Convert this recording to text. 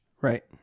Right